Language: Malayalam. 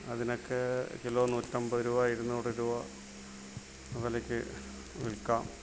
അതിനെ ഒക്കെ കിലോ നൂറ്റി അമ്പത് രൂപ ഇരുന്നൂറ് രൂപ വിലയ്ക്ക് വിൽക്കാം